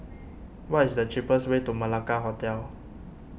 what is the cheapest way to Malacca Hotel